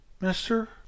Mister